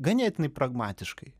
ganėtinai pragmatiškai